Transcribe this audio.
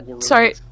Sorry